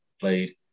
played